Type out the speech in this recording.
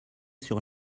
sur